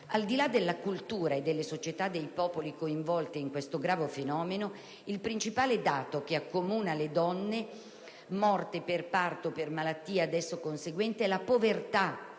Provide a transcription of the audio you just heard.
Al di là della cultura e delle società dei popoli coinvolti in questo grave fenomeno, il principale dato che accomuna le donne morte per parto e per malattia ad esso conseguente è la povertà